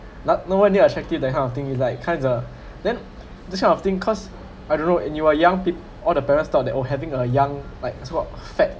not no any attractive that kind of thing is like kinda then this kind of thing cause I don't know and you are young kid all the parents thought that oh having a young like is about fat